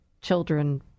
children